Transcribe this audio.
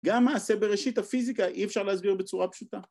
‫גם מעשה בראשית הפיזיקה ‫אי אפשר להסביר בצורה פשוטה.